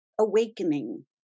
Awakening